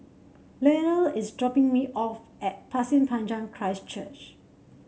Lyle is dropping me off at Pasir Panjang Christ Church